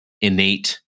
innate